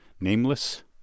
Nameless